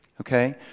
okay